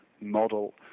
model